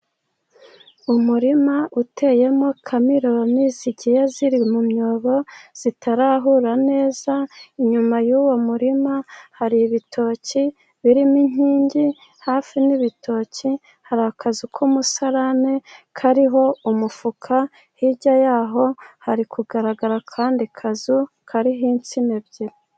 Umurima uteyemo kamerone zigiye ziri mu myobo zitarahura neza, inyuma y'uwo murima hari ibitoki birimo inkingi. Hafi n'ibitoki hari akazu k'umusarane kariho umufuka, hirya yaho hari kugaragara akandi kazu kariho insina ebyiri.